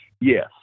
Yes